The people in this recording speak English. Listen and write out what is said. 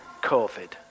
COVID